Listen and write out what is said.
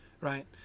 Right